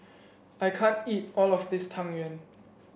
I can't eat all of this Tang Yuen